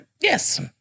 Yes